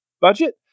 budget